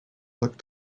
looked